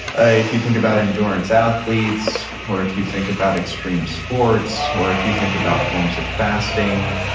ah if you think about endurance athletes, or if you think about extreme sports, or if you think about forms of fasting,